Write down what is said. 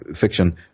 fiction